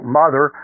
mother